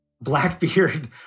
Blackbeard